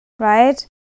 right